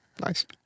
Nice